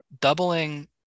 doubling